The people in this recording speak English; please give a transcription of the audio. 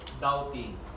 doubting